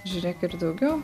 žiūrėk ir daugiau